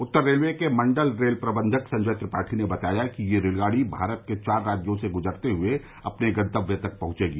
उत्तर railway के मण्डल rail प्रबन्धक संजय त्रिपाठी ने बताया कि यह रेलगाड़ी भारत के चार राज्यों से गुजरते हुए अपने गन्तव्य तक पहुंचेगी